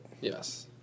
Yes